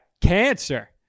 cancer